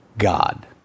God